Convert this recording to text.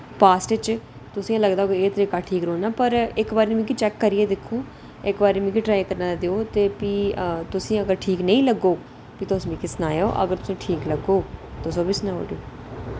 past च तुसें ई लगदा होऐ कि एह् तरीका ठीक रौह्ना पर इक बारी मिगी चैक्क करियै दिक्खो इक बारी मिगी ट्राई करने ई देओ ते भी तुसें ई अगर ठीक नेईं लग्गग भी तुस मिगी सनाएओ अगर तुसें ई ठीक लग्गग तुस ओह् बी सनाई ओड़ेओ